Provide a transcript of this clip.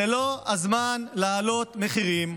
זה לא הזמן להעלות מחירים.